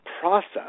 process